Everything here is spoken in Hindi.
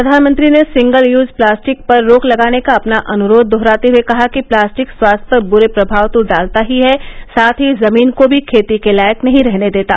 प्रधानमंत्री ने सिंगल यूज प्लास्टिक पर रोक लगाने का अपना अनुरोध दोहराते हुए कहा कि प्लास्टिक स्वास्थ्य पर बुरे प्रभाव तो डालता ही है साथ ही जमीन को भी खेती के लायक नहीं रहने देता